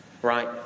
Right